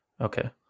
Okay